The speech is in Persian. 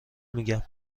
میگم